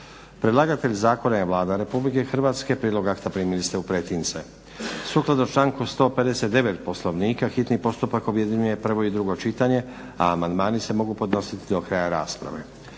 Predlagatelj zakona je Vlada Republike Hrvatske. Prijedlog akta primili ste u pretince. Sukladno članku 159. Poslovnika hitni postupak objedinjuje prvo i drugo čitanje. Amandmani se mogu podnositi do kraja rasprave.